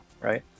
right